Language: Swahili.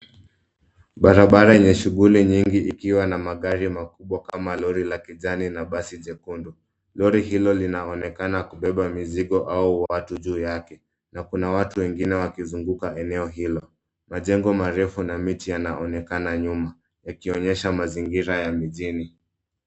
Barabara yenye shughuli nyingi ikiwa na magari makubwa kama lori la kijani na basi jekundu. Lori hilo linaonekana kubeba mizigo au watu juu yake na kuna watu wengine wakizunguka eneo hilo. Majengo marefu na miti yanaonekana nyuma yakionyesha mazingira ya mjini.